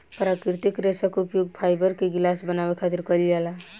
प्राकृतिक रेशा के उपयोग फाइबर के गिलास बनावे खातिर कईल जाला